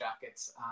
jackets